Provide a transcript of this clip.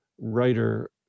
writer